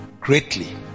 greatly